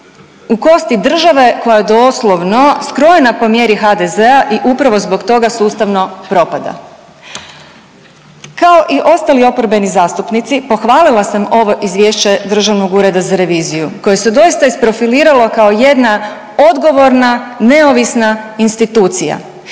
u kosti države koja doslovno skrojena po mjeri HDZ-a i upravo zbog toga sustavno propada. Kao i ostali oporbeni zastupnici pohvalila sam ovo izvješće Državnog ureda za reviziju koje se doista isprofiliralo kao jedna odgovorna neovisna institucija